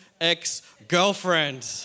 ex-girlfriend